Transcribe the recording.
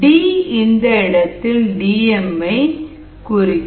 D இந்த இடத்தில் D M I குறிக்கும்